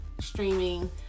streaming